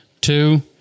two